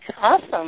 Awesome